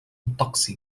الطقس